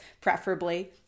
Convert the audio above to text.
preferably